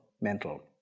mental